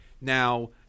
Now